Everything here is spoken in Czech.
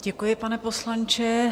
Děkuji, pane poslanče.